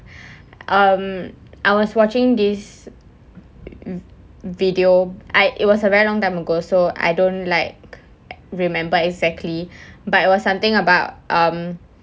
um I was watching this video I it was a very long time ago so I don't like remember exactly but it was something about um